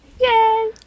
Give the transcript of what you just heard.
Yay